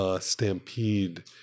Stampede